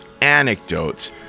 anecdotes